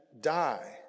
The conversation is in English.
die